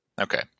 Okay